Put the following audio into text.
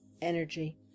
energy